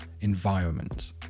environment